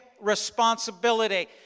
responsibility